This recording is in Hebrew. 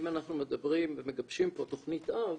אם אנחנו מדברים ומגבשים פה תכנית אב,